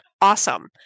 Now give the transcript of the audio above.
awesome